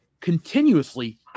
continuously